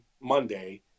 Monday